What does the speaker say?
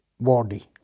body